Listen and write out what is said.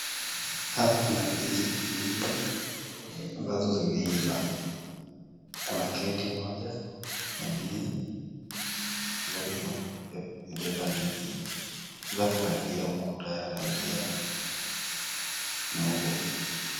hapa kuna ndizi mingi ambazo zimeiva, kuna kreti moja ya ndizi ambapo inabeba ndizi, weza kulalia ukuta wa rangi nyeupe.